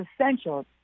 essential